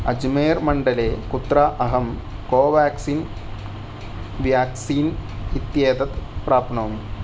अजमेर् मण्डले कुत्र अहं कोवाक्सिन् व्याक्सीन् इत्येतत् प्राप्नोमि